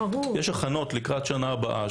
יש הכנות לקראת השנה הבאה,